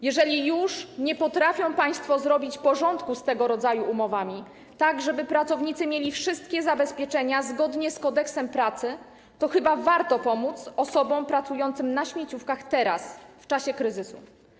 Jeżeli już nie potrafią państwo zrobić porządku z tego rodzaju umowami, tak żeby pracownicy mieli wszystkie zabezpieczenia, zgodnie z Kodeksem pracy, to chyba warto pomóc osobom pracującym na śmieciówkach teraz, w czasie kryzysu.